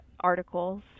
articles